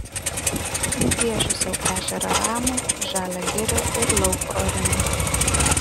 nupiešiu sau ežerą ramų žalią girią ir lauko arimą